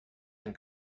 and